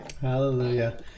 hallelujah